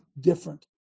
different